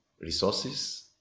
resources